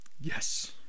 Yes